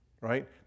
right